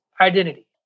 identity